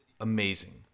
amazing